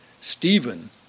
Stephen